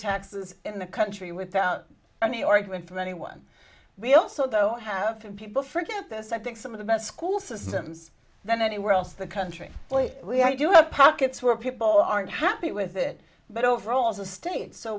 taxes in the country without any ordering from anyone we also though have people forget this i think some of the best school systems than anywhere else the country boy we i do have pockets where people aren't happy with it but overall as a state so